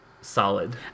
solid